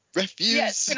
refuse